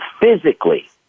physically